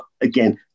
again